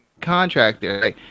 contractor